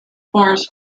forms